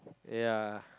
ya